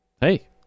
Hey